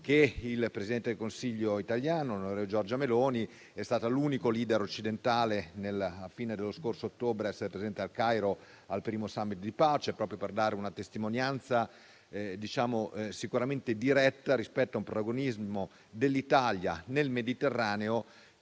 che il presidente del Consiglio italiano, onorevole Giorgia Meloni, è stata l'unico *leader* occidentale, alla fine dello scorso ottobre, a essere presente a Il Cairo al primo *summit* di pace; e ciò proprio per dare una testimonianza diretta rispetto a un protagonismo dell'Italia nel Mediterraneo,